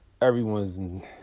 everyone's